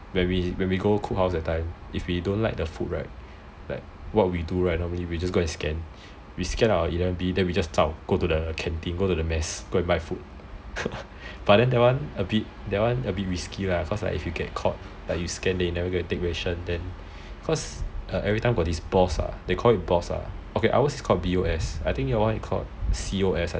when we go cook house that time if we don't like the food right like what we do right is we just go and scan eleven B then we just zao go to the canteen go to the mass go and buy food but then that one a bit risky lah cause if you get caught like if you scan then you never go and take ration then cause everytime got this BOS ah they call it BOS ah okay ours is called B_O_S I think your one is called C_O_S